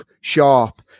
sharp